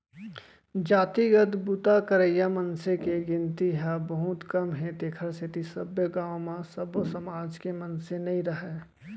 जातिगत बूता करइया मनसे के गिनती ह बहुते कम हे तेखर सेती सब्बे गाँव म सब्बो समाज के मनसे नइ राहय